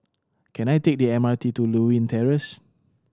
can I take the M R T to Lewin Terrace